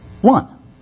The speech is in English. One